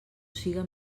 siga